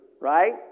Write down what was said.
Right